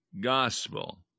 gospel